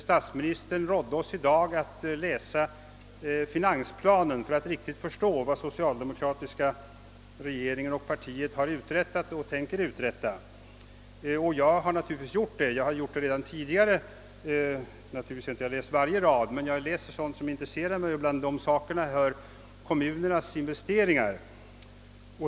Statsministern rådde oss i dag att läsa finansplanen för att riktigt förstå vad det socialdemokratiska partiet och regeringen har uträttat och tänker uträtta. Jag har naturligtvis gjort detta. Jag har läst den tidigare — inte varje rad men sådant som intresserar mig, och till detta hör kommunernas investeringar.